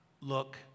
look